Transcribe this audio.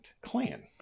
clan